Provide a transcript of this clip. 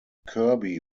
kirby